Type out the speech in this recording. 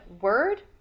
word